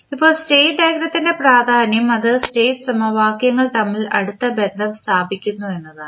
ഇപ്പോൾ സ്റ്റേറ്റ് ഡയഗ്രത്തിൻറെ പ്രാധാന്യം അത് സ്റ്റേറ്റ് സമവാക്യങ്ങൾ തമ്മിൽ അടുത്ത ബന്ധം സ്ഥാപിക്കുന്നു എന്നതാണ്